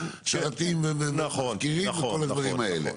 שרתים ומזכירים וכל הדברים האלה?